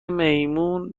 میمون